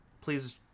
Please